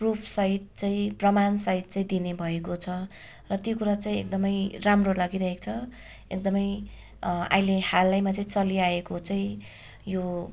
प्रुफसहित चाहिँ प्रमाणसहित चाहिँ दिने भएको छ र त्यो कुरा चाहिँ एकदमै राम्रो लागिरहेको छ एकदमै अहिले हालैमा चाहिँ चलिआएको चाहिँ यो